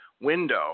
window